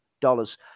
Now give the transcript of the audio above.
dollars